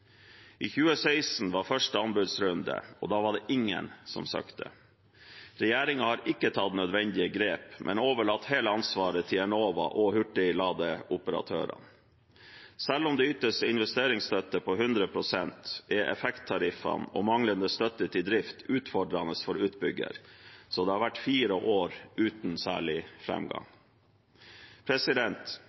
I 2016 var første anbudsrunde, og da var det ingen som søkte. Regjeringen har ikke tatt nødvendige grep, men overlatt hele ansvaret til Enova og hurtigladeoperatører. Selv om det ytes investeringsstøtte på 100 pst., er effekttariffene og manglende støtte til drift utfordrende for utbygger, så det har vært fire år uten særlig